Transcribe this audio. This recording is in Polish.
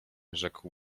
rzekł